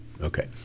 Okay